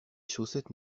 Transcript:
chaussettes